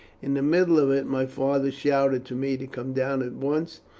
in the middle of it my father shouted to me to come down at once,